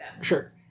Sure